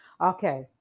Okay